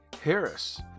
Harris